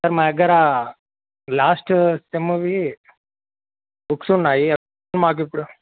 sir మా దగ్గర last సెమ్మువి బుక్స్ ఉన్నాయి అవి మాకిప్పుడు